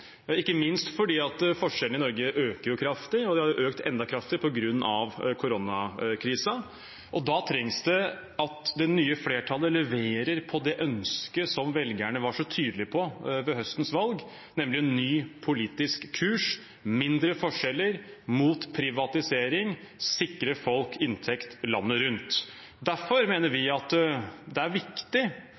ikke minst fordi forskjellene i Norge øker kraftig, og de har økt enda kraftigere på grunn av koronakrisen. Da trengs det at det nye flertallet leverer på det ønsket som velgerne var så tydelige på ved høstens valg, nemlig en ny politisk kurs, mindre forskjeller, mot privatisering, sikre folk inntekt landet rundt. Derfor mener vi at det er viktig